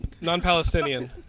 Non-Palestinian